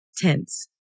tense